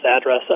address